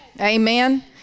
Amen